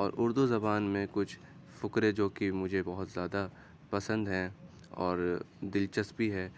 اور اردو زبان میں کچھ فقرے جو کہ مجھے بہت زیادہ پسند ہیں اور دلچسپ بھی ہے